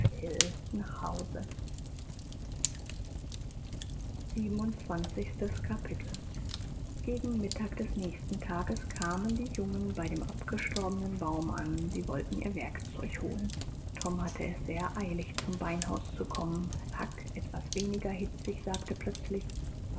nach hause siebenundzwanzigstes kapitel gegen mittag des nächsten tages kamen die jungen bei dem abgestorbenen baum an sie wollten ihr werkzeug holen tom hatte es sehr eilig zum beinhaus zu kommen huck etwas weniger hitzig sagte plötzlich